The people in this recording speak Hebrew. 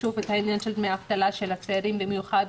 העניין של דמי אבטלה של הצעירים במיוחד,